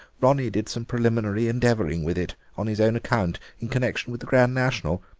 ronnie did some preliminary endeavouring with it, on his own account, in connection with the grand national.